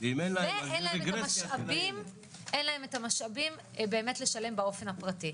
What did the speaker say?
ואין להם את המשאבים באמת לשלם באופן הפרטי.